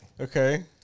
Okay